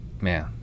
Man